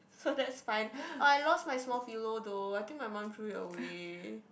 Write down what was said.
so that's fun oh I lost my small pillow though I think my mum threw it away